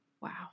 Wow